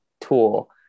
tool